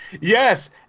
Yes